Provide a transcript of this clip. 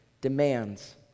demands